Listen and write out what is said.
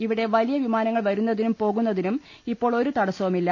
ഇവിടെ വലിയ വിമാനങ്ങൾ വരുന്നതിനും പോകുന്നതിനും ഇപ്പോൾ ഒരു തടസ്സവും ഇല്ല